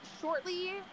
shortly